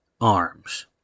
arms